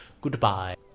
Goodbye